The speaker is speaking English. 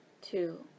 two